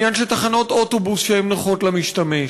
עניין של תחנות אוטובוס שנוחות למשתמש,